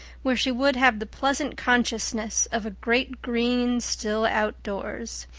where she would have the pleasant consciousness of a great green still outdoors,